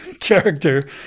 character